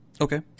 Okay